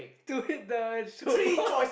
to hit the soap